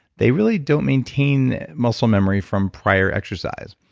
they really don't maintain muscle memory from prior exercise.